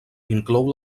inclou